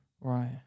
Right